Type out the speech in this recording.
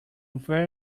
very